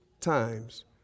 times